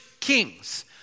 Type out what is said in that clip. kings